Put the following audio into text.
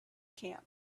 camp